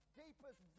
deepest